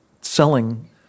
selling